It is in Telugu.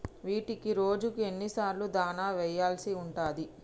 వీటికి రోజుకు ఎన్ని సార్లు దాణా వెయ్యాల్సి ఉంటది?